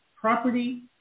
property